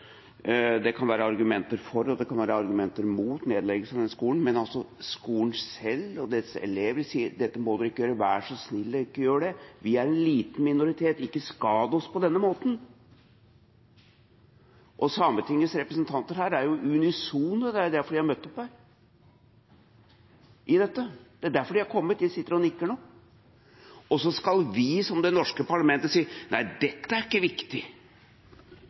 Det kan være argumenter for, og det kan være argumenter mot nedleggelsen av den skolen, men skolen selv og dens elever sier: Dette må dere ikke gjøre. Vær så snill å ikke gjør det. Vi er en liten minoritet. Ikke skad oss på denne måten. Sametingets representanter er unisone. Det er derfor de har møtt opp her. Det er derfor de har kommet. De sitter og nikker nå. Og så skal vi som det norske parlamentet si: Nei, dette er ikke viktig